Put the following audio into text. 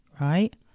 Right